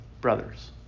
brothers